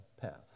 path